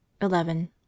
eleven